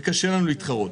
וקשה לנו להתחרות.